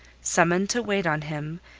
summoned to wait on him,